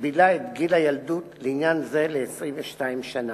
מגבילה את גיל הילדות לעניין זה ל-22 שנה.